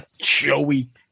Joey